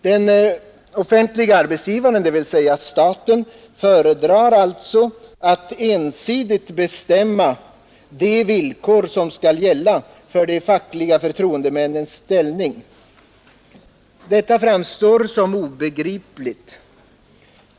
Den offentlige arbetsgivaren, dvs. staten, föredrar alltså att ensidigt bestämma de villkor som skall gälla för de fackliga förtroendemännens ställning. Detta framstår som obegripligt.